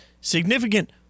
significant